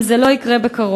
אם זה לא יקרה בקרוב,